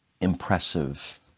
impressive